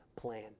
plan